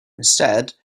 instead